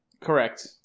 correct